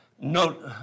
note